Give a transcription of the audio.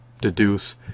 deduce